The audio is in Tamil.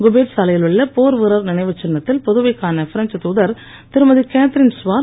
குபேர் சாலையில் உள்ள போர் வீரர் நினைவுச் சின்னத்தில் புதுவைக்கான பிரெஞ்ச் தூதர் திருமதி கேத்தரின் சுவார்